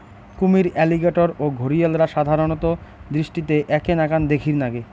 কুমীর, অ্যালিগেটর ও ঘরিয়ালরা সাধারণত দৃষ্টিতে এ্যাকে নাকান দ্যাখির নাগে